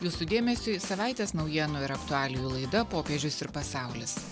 jūsų dėmesiui savaitės naujienų ir aktualijų laida popiežius ir pasaulis